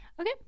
okay